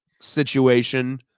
situation